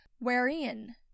wherein